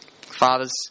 fathers